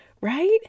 Right